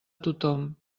tothom